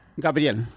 Gabriel